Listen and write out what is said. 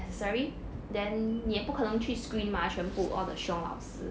necessary then 你也不可能去 screen mah 全部 all the 凶老师